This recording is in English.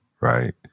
right